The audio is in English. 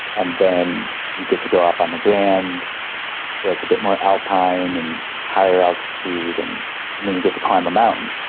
and then you get to go up on the grand where it's a bit more alpine and higher altitude, and and then you get to climb a mountain.